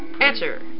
Answer